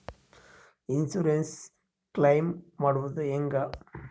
Insurance claim ಮಾಡೋದು ಹೆಂಗ?